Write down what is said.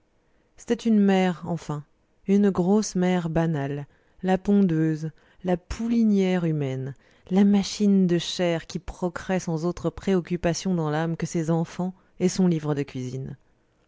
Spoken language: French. c'était une mère enfin une grosse mère banale la pondeuse la poulinière humaine la machine de chair qui procrée sans autre préoccupation dans l'âme que ses enfants et son livre de cuisine